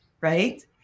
right